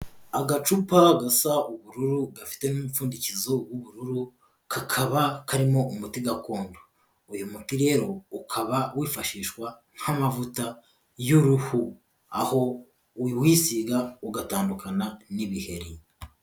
Agacupa gasa ubururu gafite n'umupfundikizo w'ubururu, kakaba karimo umuti gakondo. Uyu muti rero ukaba wifashishwa nk'amavuta y'uruhu, aho uwisiga ugatandukana n'ibiheri.